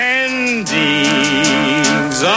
endings